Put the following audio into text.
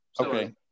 okay